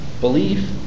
Belief